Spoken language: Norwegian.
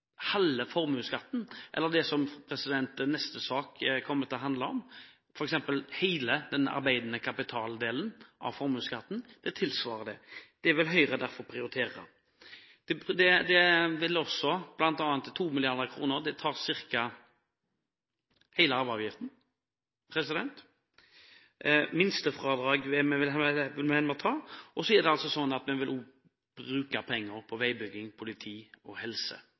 fjerne formuesskatten, tilsvarer det – som neste sak kommer til å handle om – f.eks. hele den arbeidende kapitaldelen av formuesskatten. Det vil Høyre derfor prioritere. 2 mrd. kr tar ca. hele arveavgiften. Minstefradrag vil vi ta, og så er det sånn at vi også vil bruke penger på veibygging, politi og helse.